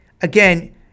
again